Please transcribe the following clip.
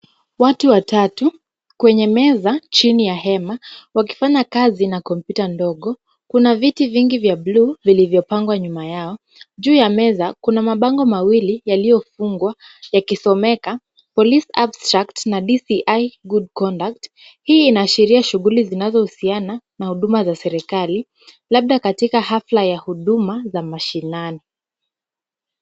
Watu watatu kwenye meza chini ya hema, wakifanya kazi na kompyuta ndogo, kuna viti vingi vya bluu vilivyo pangwa nyuma yao, juu ya meza, kuna mabango mawili yaliyofungwa yakisomeka police abstract na DCI good conduct .Hii inaashiria shughuli zinazohusiana na huduma za serikali labda katika hafla ya huduma za mashinani.